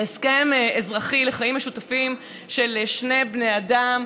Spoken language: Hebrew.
זה הסכם אזרחי לחיים משותפים של שני בני אדם,